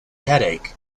headache